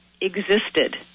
existed